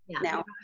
now